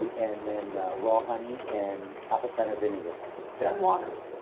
and then raw honey and apple cider vinegar. and water.